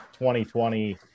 2020